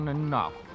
enough